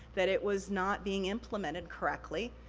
that it was not being implemented correctly,